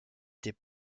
était